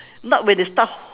not when they start